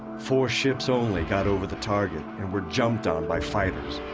four ships only got over the target and were jumped on by fighters.